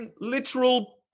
literal